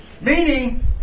Meaning